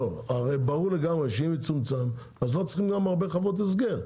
הרי ברור לגמרי שאם יצומצם אז לא צריכים גם הרבה חברות הסגר,